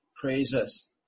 praises